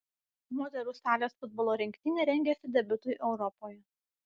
moterų salės futbolo rinktinė rengiasi debiutui europoje